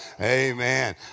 Amen